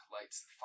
lights